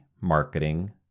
marketing